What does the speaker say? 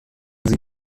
sie